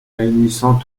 réunissant